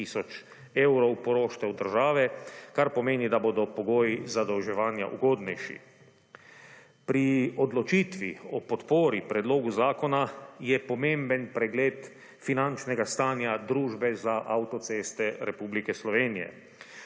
tisoč evrov poroštev države, kar pomeni, da bodo pogoji zadolževanja ugodnejši. Pri odločitvi o podpori predlogu zakona je pomemben pregled finančnega stanja družbe za avtoceste Republike Slovenije.